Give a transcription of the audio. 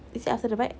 is it after the bike